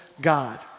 God